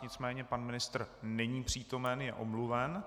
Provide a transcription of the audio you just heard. Nicméně pan ministr není přítomen, je omluven.